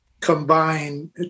combine